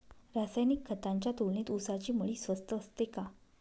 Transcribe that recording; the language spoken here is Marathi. रासायनिक खतांच्या तुलनेत ऊसाची मळी स्वस्त असते का?